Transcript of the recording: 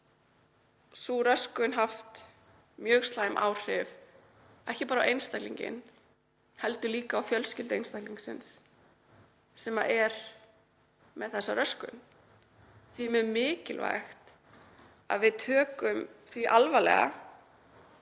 sú röskun haft mjög slæm áhrif, ekki bara á einstaklinginn heldur líka á fjölskyldu einstaklingsins sem er með þessa röskun og því er mjög mikilvægt að við tökum því alvarlega